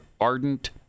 ardent